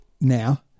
now